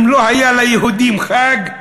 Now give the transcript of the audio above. אם לא היה ליהודים חג,